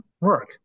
work